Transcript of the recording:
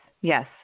Yes